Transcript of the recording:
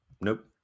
Nope